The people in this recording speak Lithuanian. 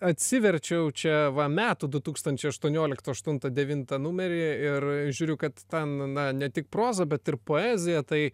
atsiverčiau čia va metų du tūkstančiai aštuonioliktų aštuntą devintą numerį ir žiūriu kad ten na ne tik proza bet ir poezija tai